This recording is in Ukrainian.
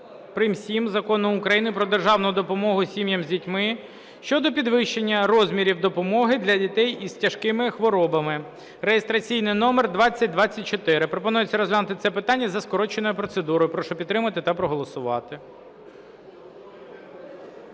18-7 Закону України "Про державну допомогу сім'ям з дітьми" щодо підвищення розмірів допомоги для дітей із тяжкими хворобами (реєстраційний номер 2024). Пропонується розглянути це питання за скороченою процедурою. Прошу підтримати та проголосувати.